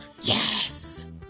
Yes